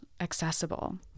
accessible